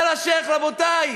אומר השיח': רבותי,